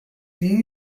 iyi